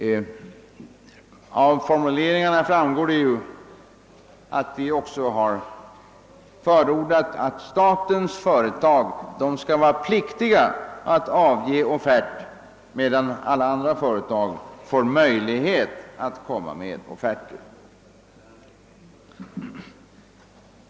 Av formuleringarna framgår det också att statens företag skall vara pliktiga att avge offerter, medan alla andra företag skall ha möjlighet att lämna offerter.